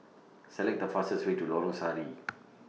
Select The fastest Way to Lorong Sari